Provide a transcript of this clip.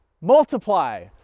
multiply